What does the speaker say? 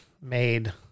made